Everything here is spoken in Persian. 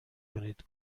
کنید